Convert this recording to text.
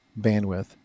bandwidth